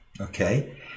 Okay